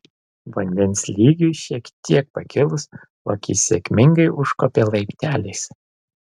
vandens lygiui šiek tiek pakilus lokys sėkmingai užkopė laipteliais